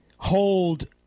hold